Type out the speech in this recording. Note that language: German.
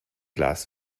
glas